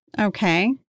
Okay